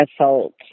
Assault